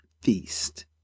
feast